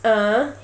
(uh huh)